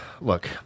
Look